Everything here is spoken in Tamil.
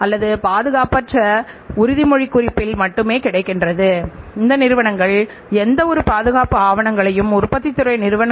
அல்லது சில சமயங்களில் நாம்கடனில் விற்கும்போதுகடனாளிகளைஉருவாக்குகிறோம்